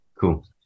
Cool